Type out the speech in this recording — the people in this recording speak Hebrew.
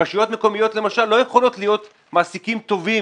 רשויות מקומיות למשל לא יכולות להיות מעסיקות טובות